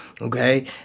Okay